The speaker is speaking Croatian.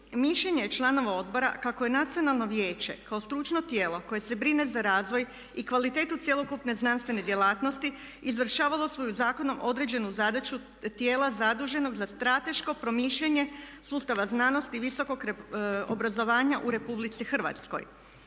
mišljenje je članova odbora kako je Nacionalno vijeće kao stručno tijelo koje se brine za razvoj i kvalitetu cjelokupne znanstvene djelatnosti izvršavalo svoju zakonom određenu zadaću tijela zaduženog za strateško promišljanje sustava znanosti i visokog obrazovanja u Republici Hrvatskoj.